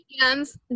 hands